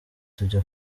tujya